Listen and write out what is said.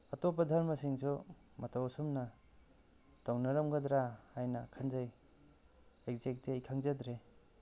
ꯑꯇꯣꯞꯄ ꯗꯔꯃꯁꯤꯡꯁꯨ ꯃꯇꯧ ꯑꯁꯨꯝꯅ ꯇꯧꯅꯔꯝꯒꯗ꯭ꯔꯥ ꯍꯥꯏꯅ ꯈꯟꯖꯩ ꯑꯦꯛꯖꯦꯛꯇꯤ ꯑꯩ ꯈꯪꯖꯗ꯭ꯔꯦ